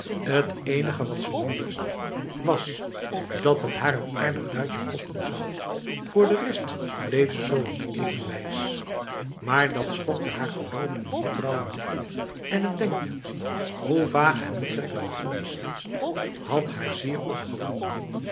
het enige wat ze nu wist was dat het haar n aardig duitje kosten zou voor de rest bleef ze zowat even wijs maar dat schokte haar geloof en vertrouwen niet en het denkbeeld hoe vaag en betrekkelijk onbeslist had haar zeer opgewonden